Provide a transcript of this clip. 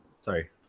sorry